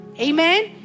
Amen